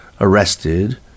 arrested